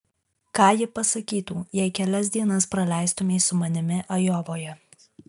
ką ji pasakytų jei kelias dienas praleistumei su manimi ajovoje